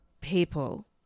People